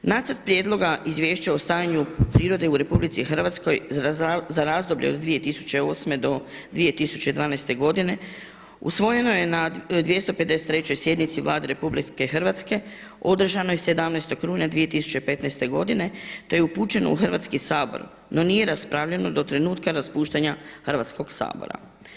Nacrt prijedloga Izvješća o stanju prirode u RH za razdoblje od 2008. do 2012. godine usvojeno je na 253. sjednici Vlade RH održanoj 17. rujna 2015. godine, te je upućeno u Hrvatski sabor, no nije raspravljeno do trenutka raspuštanja Hrvatskog sabora.